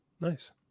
Nice